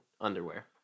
Underwear